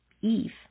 Eve